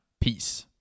peace